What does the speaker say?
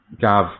Gav